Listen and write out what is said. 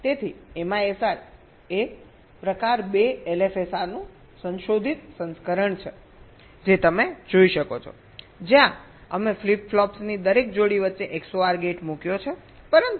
તેથી MISR એ પ્રકાર 2 LFSR નું સંશોધિત સંસ્કરણ છે જે તમે જોઈ શકો છો જ્યાં આપણે ફ્લિપ ફ્લોપ્સની દરેક જોડી વચ્ચે XOR ગેટ મૂક્યો છે